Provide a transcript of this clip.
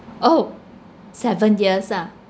oh seven years ah